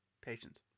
Patience